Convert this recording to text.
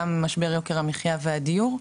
גם עם משבר יוקר המחייה והדיור,